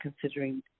considering